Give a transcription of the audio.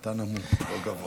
אתה נמוך, הוא לא גבוה.